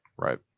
Right